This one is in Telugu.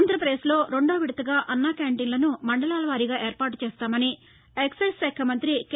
ఆంధ్రప్రదేశ్లో రెండోవిడతగా అన్నక్యాంటీన్లను మండలాలవారీగా ఏర్పాటు చేస్తామని ఎక్పైజ్ శాఖ మంత్రి కె